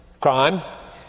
crime